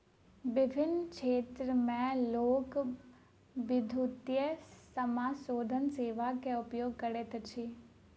विभिन्न क्षेत्र में लोक, विद्युतीय समाशोधन सेवा के उपयोग करैत अछि